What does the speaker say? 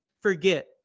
forget